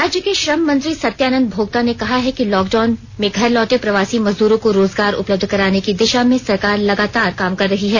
राज्य के श्रम मंत्री सत्यानंद भोक्ता ने कहा है कि लॉक डाउन में घर लौटे प्रवासी मजदूरों को रोजगार उपलब्ध कराने की दिशा में सरकार लगातार काम कर रही है